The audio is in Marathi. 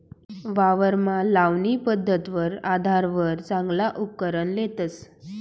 वावरमा लावणी पध्दतवर आधारवर चांगला उपकरण लेतस